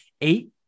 eight